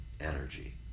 energy